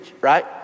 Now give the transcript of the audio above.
right